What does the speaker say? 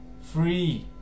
free